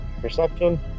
Perception